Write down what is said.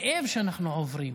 שמכבדת גם את הכאב שאנחנו עוברים,